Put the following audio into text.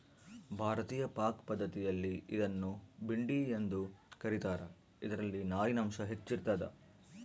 ಭಾರತೀಯ ಪಾಕಪದ್ಧತಿಯಲ್ಲಿ ಇದನ್ನು ಭಿಂಡಿ ಎಂದು ಕ ರೀತಾರ ಇದರಲ್ಲಿ ನಾರಿನಾಂಶ ಹೆಚ್ಚಿರ್ತದ